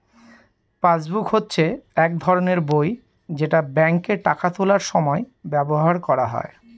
passbook হচ্ছে এক ধরনের বই যেটা ব্যাঙ্কে টাকা তোলার সময় ব্যবহার করা হয়